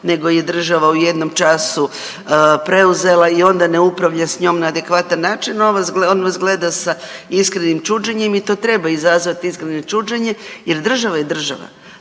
nego je država u jednom času preuzela i onda ne upravlja s njom na adekvatan način, on vas gleda sa iskrenim čuđenjem, i to treba izazvati iskreno čuđenje jer država je država.